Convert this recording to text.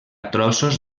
trossos